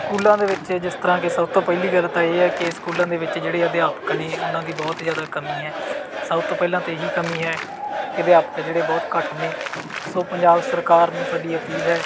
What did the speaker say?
ਸਕੂਲਾਂ ਦੇ ਵਿੱਚ ਜਿਸ ਤਰ੍ਹਾਂ ਕਿ ਸਭ ਤੋਂ ਪਹਿਲੀ ਗੱਲ ਤਾਂ ਇਹ ਹੈ ਕਿ ਸਕੂਲਾਂ ਦੇ ਵਿੱਚ ਜਿਹੜੇ ਅਧਿਆਪਕ ਨੇ ਉਹਨਾਂ ਦੀ ਬਹੁਤ ਜ਼ਿਆਦਾ ਕਮੀ ਹੈ ਸਭ ਤੋਂ ਪਹਿਲਾਂ ਤਾਂ ਇਹ ਹੀ ਕਮੀ ਹੈ ਕਿ ਅਧਿਆਪਕ ਜਿਹੜੇ ਬਹੁਤ ਘੱਟ ਨੇ ਸੋ ਪੰਜਾਬ ਸਰਕਾਰ ਨੂੰ ਸਾਡੀ ਅਪੀਲ ਹੈ